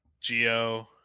Geo